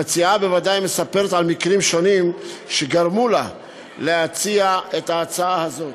המציעה בוודאי מספרת על מקרים שונים שגרמו לה להציע את ההצעה הזאת.